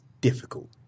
difficult